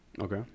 Okay